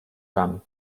camp